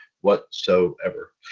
whatsoever